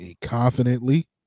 confidently